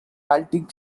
baltic